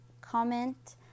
comment